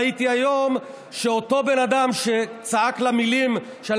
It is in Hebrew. ראיתי שאותו בן אדם שצעק לה מילים שאני